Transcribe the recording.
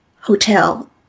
hotel